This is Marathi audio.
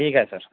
ठीक आहे सर